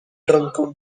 drunken